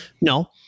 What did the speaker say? No